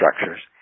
structures